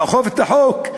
לאכוף את החוק,